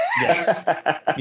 Yes